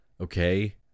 Okay